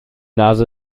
nase